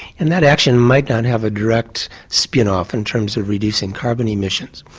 and that action might not have a direct spin-off in terms of reducing carbon emissions,